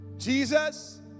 Jesus